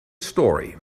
story